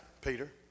Peter